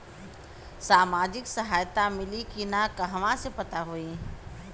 सामाजिक सहायता मिली कि ना कहवा से पता होयी?